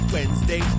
Wednesday